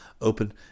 open